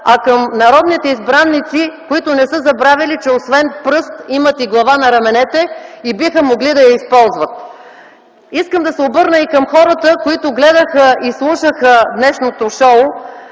а към народните избраници, които не са забравили, че освен пръст имат и глава на раменете и биха могли да я използват. Искам да се обърна и към хората, които гледаха и слушаха днешното шоу